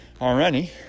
already